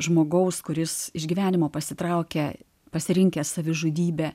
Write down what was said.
žmogaus kuris iš gyvenimo pasitraukia pasirinkęs savižudybę